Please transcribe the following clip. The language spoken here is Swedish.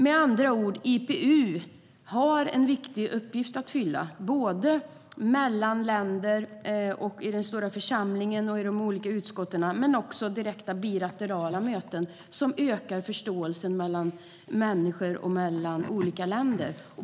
IPU har alltså en viktig uppgift att fylla i kontakten mellan länder, i den stora församlingen och i de olika utskotten men också genom direkta bilaterala möten som ökar förståelsen mellan människor och länder.